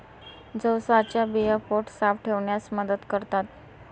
जवसाच्या बिया पोट साफ ठेवण्यास मदत करतात